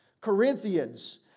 Corinthians